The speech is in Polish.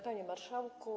Panie Marszałku!